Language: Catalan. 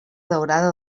daurada